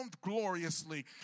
gloriously